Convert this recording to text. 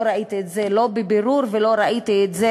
לא ראיתי את זה בבירור ולא ראיתי את זה